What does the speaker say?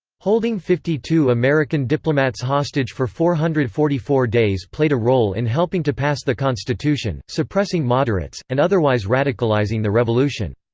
holding fifty two american diplomats hostage for four hundred and forty four days played a role in helping to pass the constitution, suppressing moderates, and otherwise radicalising the revolution.